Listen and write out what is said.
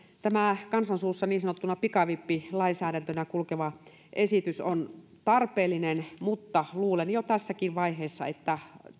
tämä kansan suussa niin sanottuna pikavippilainsäädäntönä kulkeva esitys on tarpeellinen mutta luulen jo tässäkin vaiheessa että